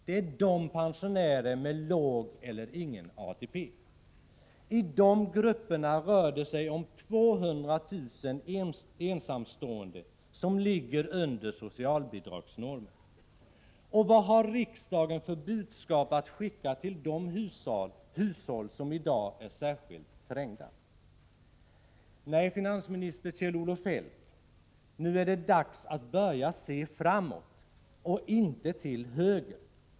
Det är de pensionärer som har låg eller ingen ATP. I de grupperna rör det sig om 200 000 ensamstående som ligger under socialbidragsnormen. Och vad har riksdagen för budskap att skicka till de hushåll som i dag är särskilt trängda? Nej, finansminister Kjell-Olof Feldt, nu är det dags att börja se framåt, inte till höger.